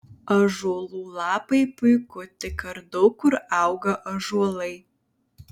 ąžuolų lapai puiku tik ar daug kur auga ąžuolai